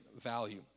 value